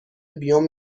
بیوم